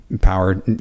power